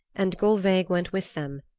and gulveig went with them,